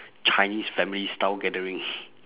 chinese family style gathering